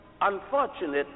unfortunately